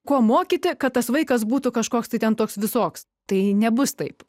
kuo mokyti kad tas vaikas būtų kažkoks tai ten toks visoks tai nebus taip